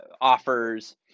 offers